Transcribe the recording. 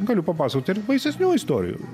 galiu papasakot ir baisesnių istorijų